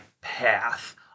path